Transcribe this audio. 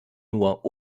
nur